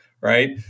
right